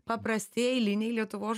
paprasti eiliniai lietuvos